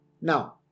Now